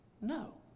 No